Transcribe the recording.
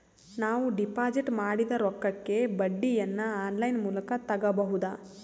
ನಾವು ಡಿಪಾಜಿಟ್ ಮಾಡಿದ ರೊಕ್ಕಕ್ಕೆ ಬಡ್ಡಿಯನ್ನ ಆನ್ ಲೈನ್ ಮೂಲಕ ತಗಬಹುದಾ?